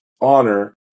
honor